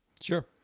sure